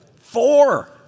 Four